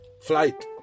flight